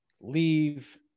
leave